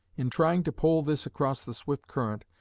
in trying to pole this across the swift current,